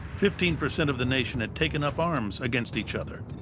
fifteen percent of the nation had taken up arms against each other.